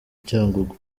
cyangugu